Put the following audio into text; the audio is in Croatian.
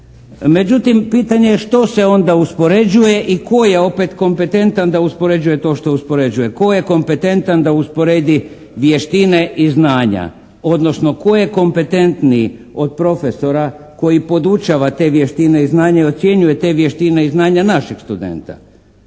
Međutim, pitanje je što se onda uspoređuje i tko je opet kompetentan da uspoređuje to što uspoređuje. Tko je kompetentan da usporedi vještine i znanja, odnosno tko je kompetentniji od profesora koji podučava te vještine i znanje i ocjenjuje te vještine i znanja našeg studenta.